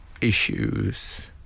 issues